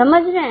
समझ रहे हैं